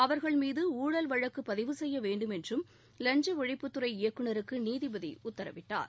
அவர்கள் மீது ஊழல் வழக்கு பதிவு செய்ய வேண்டும் என்றும் லஞ்ச ஒழிப்புத்துறை இயக்குநருக்கு நீதிபதி உத்தரவிட்டார்